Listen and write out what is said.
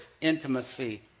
intimacy